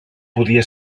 podia